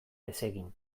desegin